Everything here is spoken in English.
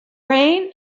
rain